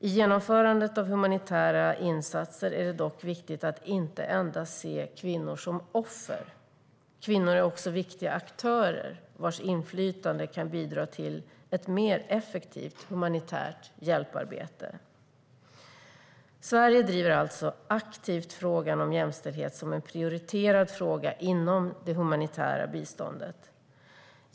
I genomförandet av humanitära insatser är det dock viktigt att inte endast se kvinnor som offer. Kvinnor är också viktiga aktörer vars inflytande kan bidra till ett mer effektivt humanitärt hjälparbete. Sverige driver alltså aktivt frågan om jämställdhet som en prioriterad fråga inom det humanitära biståndet.